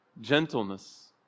gentleness